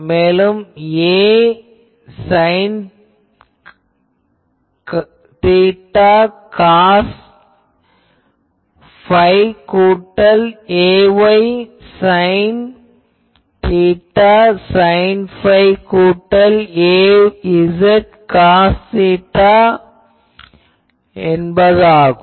மேலும் ax sine theta cos phi கூட்டல் ay sine theta sine phi கூட்டல் az cos theta ஆகும்